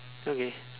okay